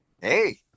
Hey